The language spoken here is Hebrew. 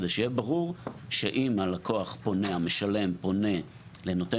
כדי שיהיה ברור שאם המשלם פונה לנותן